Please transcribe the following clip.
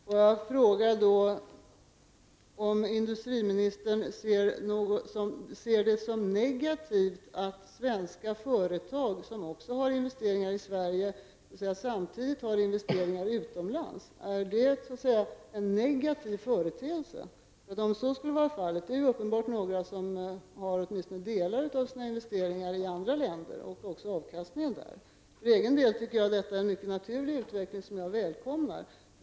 Herr talman! Får jag då fråga om industriministern ser det som negativt att svenska företag som har investeringar i Sverige samtidigt har investeringar utomlands? Är det så att säga en negativ företeelse? Det är uppenbarligen några som har åtminstone delar av sina investeringar i andra länder och också har avkastningen där. För egen del tycker jag att det är en mycket naturlig utveckling, som jag välkomnar.